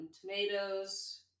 Tomatoes